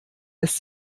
lässt